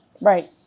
right